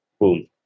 boom